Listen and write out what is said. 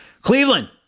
Cleveland